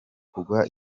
kugwa